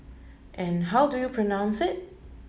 and how do you pronounce it